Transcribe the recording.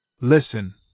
Listen